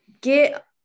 Get